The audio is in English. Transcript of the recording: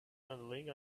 tunneling